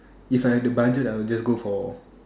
if I have the budget I will just go for